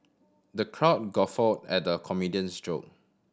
the crowd guffawed at the comedian's joke